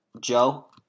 Joe